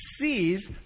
sees